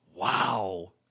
Wow